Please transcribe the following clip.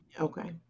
okay